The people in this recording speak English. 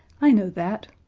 i know that.